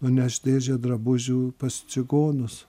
nuneš dėžę drabužių pas čigonus